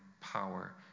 power